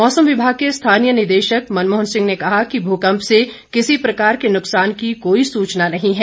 मौसम विभाग के स्थानीय निदेशक मनमोहन सिंह ने कहा कि भूकंप से किसी प्रकार के नुक्सान की कोई सूचना नहीं है